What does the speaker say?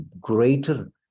greater